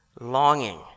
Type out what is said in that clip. longing